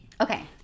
Okay